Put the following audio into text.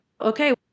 okay